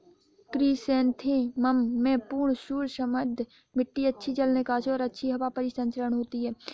chrysanthemum में पूर्ण सूर्य समृद्ध मिट्टी अच्छी जल निकासी और अच्छी हवा परिसंचरण होती है